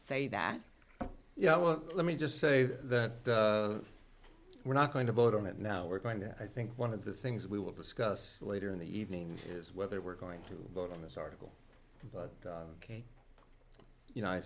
say that yeah well let me just say that we're not going to vote on it now we're going to i think one of the things we will discuss later in the evening is whether we're going to vote on this article but you know i